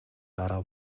дараа